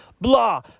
Blah